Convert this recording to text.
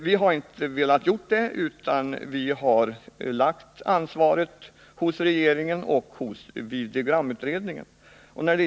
Vi har inte velat göra det, utan vi har lagt ansvaret hos regeringen och hos videogramutredningen.